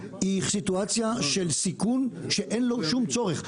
היא סיטואציה של סיכון שאין ל ושום צורך,